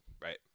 right